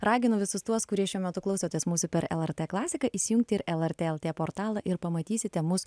raginu visus tuos kurie šiuo metu klausotės mūsų per lrt klasiką įsijungti ir lrt lt portalą ir pamatysite mus